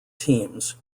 teams